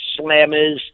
slammers